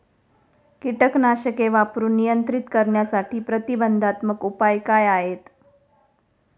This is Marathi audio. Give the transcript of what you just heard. कीटकनाशके वापरून नियंत्रित करण्यासाठी प्रतिबंधात्मक उपाय काय आहेत?